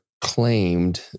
claimed